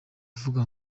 kuvuga